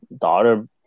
daughter